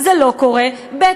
זה לא קורה, ב.